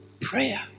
prayer